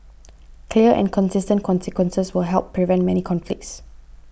clear and consistent consequences will help prevent many conflicts